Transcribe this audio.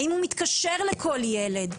האם הוא מתקשר לכל ילד?